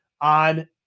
on